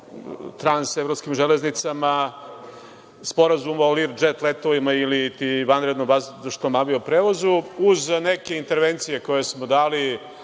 Trans-evropskim železnicama, Sporazum o liv džet letovima, iliti vanrednom vazdušnom avio-prevozu, uz neke intervencije koje smo dali